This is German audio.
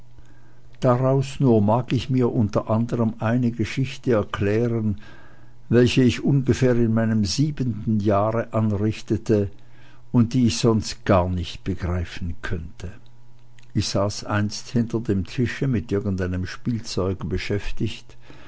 daraus nur mag ich mir unter anderm eine geschichte erklären welche ich ungefähr in meinem siebenten jahre anrichtete und die ich sonst gar nicht begreifen könnte ich saß einst hinter dem tische mit irgendeinem spielzeuge beschäftigt